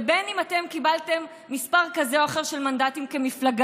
ובין אם אתם קיבלתם מספר כזה או אחר של מנדטים כמפלגה,